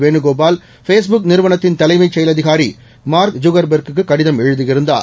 Venugopal Facebook நிறுவனத்தின் தலைமைச் செயலதிகாரி மார்க் ஜுகர்பெர்கிற்கு கடிதம் எழுதியிருந்தார்